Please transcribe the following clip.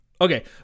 Okay